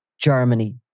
Germany